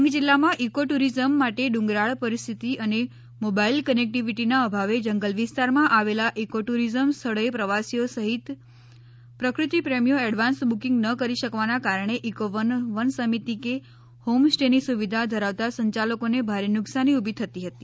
ડાંગ જિલ્લામાં eco tourism માટે ડુંગરાળ પરિસ્થિતિ અને મોબાઈલ કનેક્ટિવિટીના અભાવે જંગલ વિસ્તારમાં આવેલા ઇકો ટુરિઝમ સ્થળોએ પ્રવાસીઓ સહિત પ્રકૃતિ પ્રેમીઓ એડવાન્સ બુકીંગ ન કરી શકવાના કારણે ઇકો વનસમિતિ કે હોમ સ્ટેની સુવિધા ધરાવતા સંચાલકોને ભારે નુકસાની ઉભી થતી હતી